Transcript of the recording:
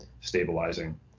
stabilizing